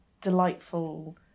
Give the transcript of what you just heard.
delightful